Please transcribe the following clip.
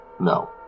No